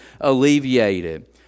alleviated